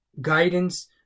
guidance